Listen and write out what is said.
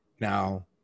Now